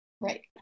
Right